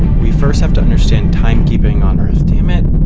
we first have to understand timekeeping on earth. dammit,